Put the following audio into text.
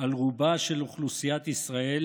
על רובה של אוכלוסיית ישראל,